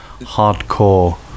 hardcore